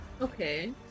Okay